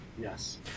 Yes